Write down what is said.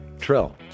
Trill